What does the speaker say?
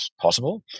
possible